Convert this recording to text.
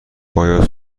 آیا